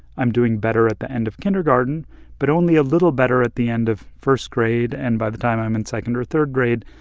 i'm doing better at the end of kindergarten but only a little better at the end of first grade. and by the time i'm in second or third grade,